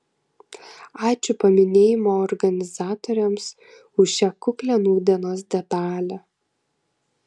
ačiū paminėjimo organizatoriams už šią kuklią nūdienos detalę